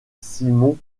simon